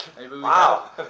Wow